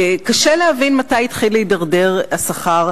קשה להבין מתי התחיל להידרדר השכר